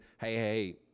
hey